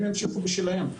הם ימשיכו בשלהם.